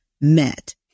met